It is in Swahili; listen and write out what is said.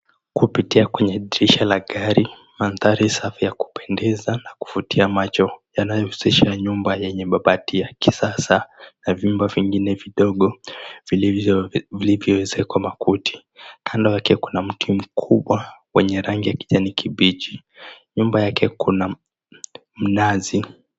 Kupitia kwenye dirisha la gari, manthari safi, yakupendeza na kuvutia macho, yanayohusisha nyumba yenye mabati ya kisasa na vyumba vingine vidogo vilivyoezekwa makuti. Kando yake kuna mti mkubwa wenye rangi ya kijani kibichi. Nyumba yake kuna mnazi.